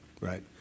right